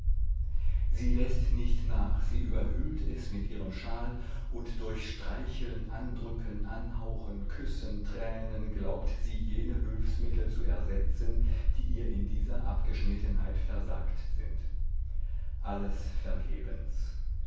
sie läßt nicht nach sie überhüllt es mit ihrem schal und durch streicheln andrücken anhauchen küssen tränen glaubt sie jene hülfsmittel zu ersetzen die ihr in dieser abgeschnittenheit versagt sind alles vergebens